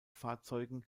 fahrzeugen